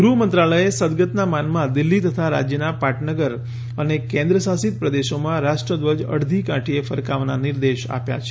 ગૃહમંત્રાલયે સદગતનાં માનમાં દિલ્હી તથા રાજ્યોનાં પાટનગર અને કેન્દ્રશાસિત પ્રદેશોમાં રાષ્ટ્રધ્વજ અડધી કાઠીએ ફરકાવવાનાં નિર્દેશ આવ્યા છે